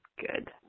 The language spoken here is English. Good